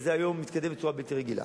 וזה היום מתקדם בצורה בלתי רגילה.